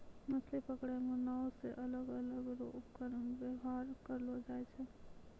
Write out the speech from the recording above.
मछली पकड़ै मे नांव से अलग अलग रो उपकरण वेवहार करलो जाय छै